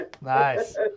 Nice